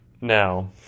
now